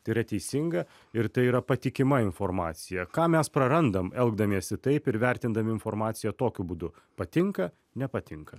tai yra teisinga ir tai yra patikima informacija ką mes prarandam elgdamiesi taip ir vertindami informaciją tokiu būdu patinka nepatinka